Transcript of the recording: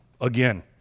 again